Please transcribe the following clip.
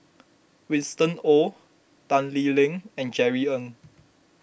Winston Oh Tan Lee Leng and Jerry Ng